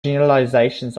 generalizations